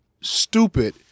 stupid